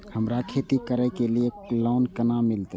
हमरा खेती करे के लिए लोन केना मिलते?